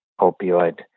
opioid